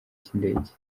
cy’indege